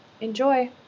Enjoy